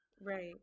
right